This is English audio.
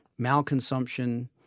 malconsumption